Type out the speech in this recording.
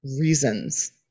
reasons